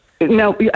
No